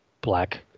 black